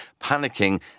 Panicking